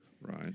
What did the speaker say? right